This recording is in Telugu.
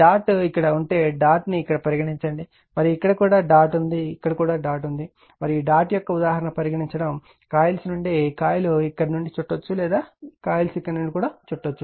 డాట్ ఇక్కడ ఉంటే డాట్ ను ఇక్కడ పరిగణించండి మరియు ఇక్కడ కూడా డాట్ ఉంది ఇక్కడ కూడా డాట్ ఉంది మరియు డాట్ యొక్క ఉదాహరణ పరిగణించడం కాయిల్స్ ఇక్కడ నుండి చుట్టవచ్చు లేదా కాయిల్స్ ఇక్కడ నుండి కూడా చుట్టవచ్చు